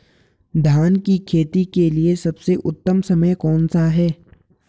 धान की खेती के लिए सबसे उत्तम समय कौनसा है?